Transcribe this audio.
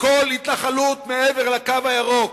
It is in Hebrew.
כל התנחלות מעבר ל"קו הירוק"